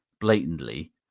blatantly